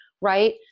Right